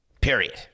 Period